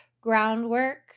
groundwork